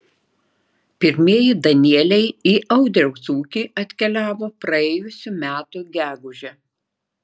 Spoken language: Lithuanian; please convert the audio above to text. pirmieji danieliai į audriaus ūkį atkeliavo praėjusių metų gegužę